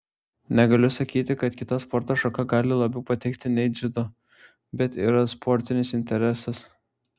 negaliu sakyti kad kita sporto šaka gali labiau patikti nei dziudo bet yra sportinis interesas